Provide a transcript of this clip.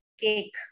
cake